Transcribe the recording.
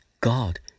God